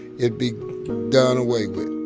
it'd be done away with